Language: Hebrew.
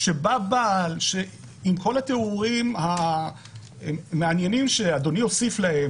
כשבא בעל עם כל התיאורים המעניינים שאדוני הוסיף להם,